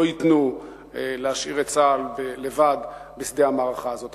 לא ייתנו להשאיר את צה"ל לבד בשדה המערכה הזאת.